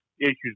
issues